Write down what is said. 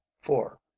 four